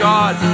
God